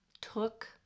took